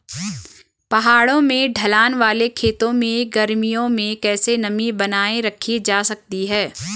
पहाड़ों में ढलान वाले खेतों में गर्मियों में कैसे नमी बनायी रखी जा सकती है?